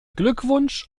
glückwunsch